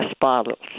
bottles